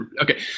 Okay